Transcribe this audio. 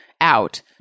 out